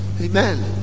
amen